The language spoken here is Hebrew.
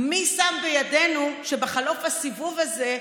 מי שם בידינו שבחלוף הסיבוב הזה,